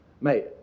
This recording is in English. Mate